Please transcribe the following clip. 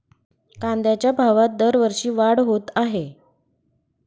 कांद्याच्या भावात दरवर्षी वाढ होत आहे